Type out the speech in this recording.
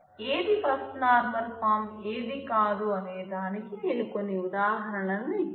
ఏది first normal form ఏది కాదు అనే దానికి నేను కొన్ని ఉదాహరణలు ఇచ్చాను